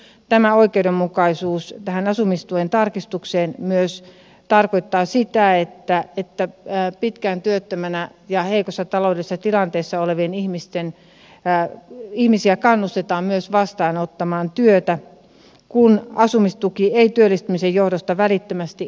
nyt tämä oikeudenmukaisuus tähän asumistuen tarkistukseen tarkoittaa sitä että pitkään työttöminä olleita ja heikossa taloudellisessa tilanteessa olevia ihmisiä kannustetaan vastaanottamaan työtä kun asumistuki ei työllistymisen johdosta välittömästi enää pienene